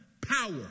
power